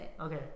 okay